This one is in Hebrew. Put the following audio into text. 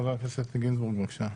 חבר הכנסת איתן גינזבורג, בבקשה.